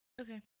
Okay